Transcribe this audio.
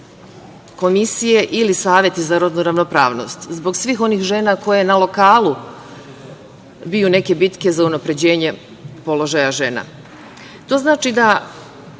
komisije ili saveti za rodnu ravnopravnost, a zbog svih onih žena koje na lokalu biju neke bitke za unapređenje položaja žena. To znači da